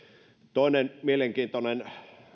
toinen mielenkiintoinen